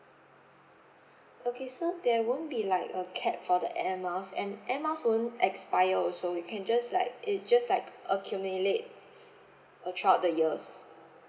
okay so there won't be like a cap for the air miles and air miles won't expire also you can just like it just like accumulate uh throughout the years